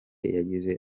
yagize